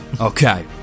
Okay